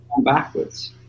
backwards